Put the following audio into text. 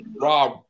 Rob